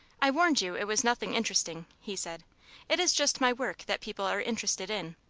i warned you it was nothing interesting, he said it is just my work that people are interested in.